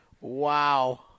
Wow